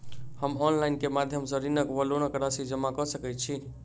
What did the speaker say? हम ऑनलाइन केँ माध्यम सँ ऋणक वा लोनक राशि जमा कऽ सकैत छी?